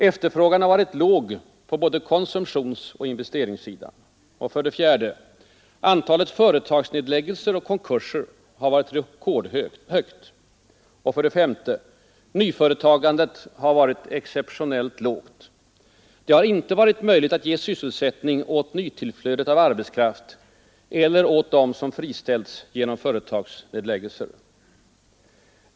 Efterfrågan har varit låg på både konsumtionsoch investeringssidan. 4. Antalet företagsnedläggelser och konkurser har varit rekordhögt. 5. Nyföretagandet har varit exceptionellt lågt. Det har inte varit möjligt att ge sysselsättning åt nytillflödet av arbetskraft eller åt dem som friställts genom företagsnedläggelser.